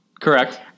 Correct